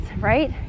right